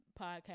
podcast